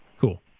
cool